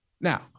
Now